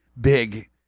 big